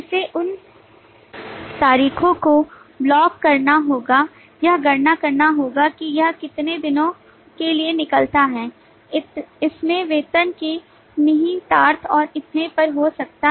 इसे उन तारीखों को ब्लॉक करना होगा यह गणना करना होगा कि यह कितने दिनों के लिए निकलता है इसमें वेतन के निहितार्थ और इतने पर हो सकते हैं